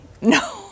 No